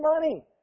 money